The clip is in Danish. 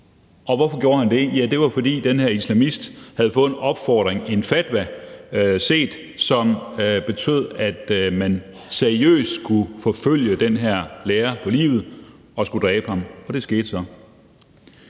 Og hvorfor gjorde han det? Det var, fordi den her islamist havde set en opfordring, en fatwa, som betød, at man seriøst kunne stræbe den her lærer efter livet og dræbe ham, og det skete så.